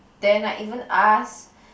then I even asked